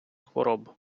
хвороб